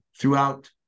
throughout